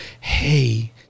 Hey